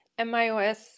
MIOS